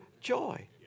joy